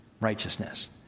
righteousness